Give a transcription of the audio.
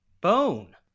Bone